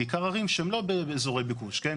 בעיקר ערים שהם לא באזורי ביקוש, כן?